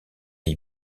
est